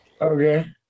Okay